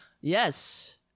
Yes